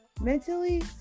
mentally